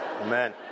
Amen